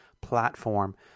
platform